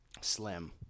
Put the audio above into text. Slim